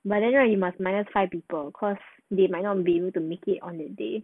but anyway you must 买点菜 people cause they might not be able to make it on that day